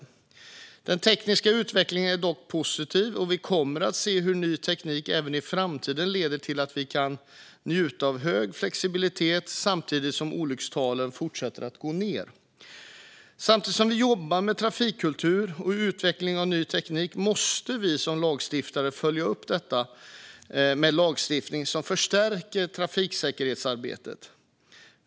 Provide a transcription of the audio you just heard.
Men den tekniska utvecklingen är positiv, och vi kommer att se hur ny teknik även i framtiden leder till att vi kan njuta av hög flexibilitet medan olyckstalen fortsätter att gå ned. Samtidigt som vi jobbar med trafikkultur och utveckling av ny teknik måste vi som lagstiftare följa upp detta med lagstiftning som förstärker trafiksäkerhetsarbetet.